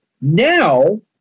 now